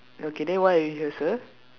okay then why are you here sir